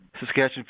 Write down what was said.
Saskatchewan